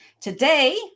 Today